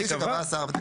תקנות, יקבע השר.